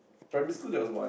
primary school there was one